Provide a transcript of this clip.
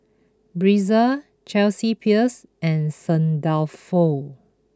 Breezer Chelsea Peers and Saint Dalfour